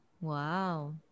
wow